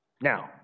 Now